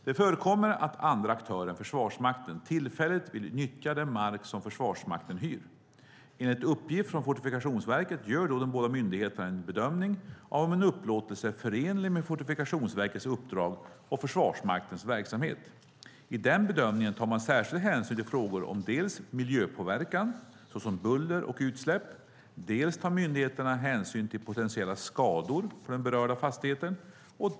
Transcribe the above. Det förekommer att andra aktörer än Försvarsmakten tillfälligt vill nyttja den mark som Försvarsmakten hyr. Enligt uppgift från Fortifikationsverket gör då de båda myndigheterna en bedömning av om en upplåtelse är förenlig med Fortifikationsverkets uppdrag och Försvarsmaktens verksamhet. I den bedömningen tar man särskild hänsyn till frågor om dels miljöpåverkan, såsom buller och utsläpp. Dels tar myndigheterna hänsyn till potentiella skador på den berörda fastigheten.